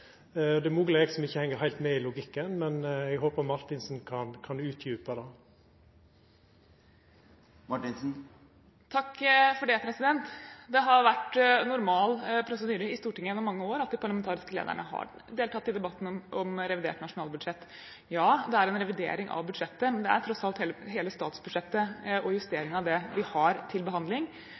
Det er mogleg det er eg som ikkje heng heilt med i logikken, men eg håpar Marthinsen kan utdjupa det. Det har vært normal prosedyre i Stortinget gjennom mange år at de parlamentariske lederne har deltatt i debatten om revidert nasjonalbudsjett. Ja, det er en revidering av budsjettet, men det er tross alt hele statsbudsjettet og justeringen av det vi har til behandling.